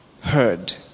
heard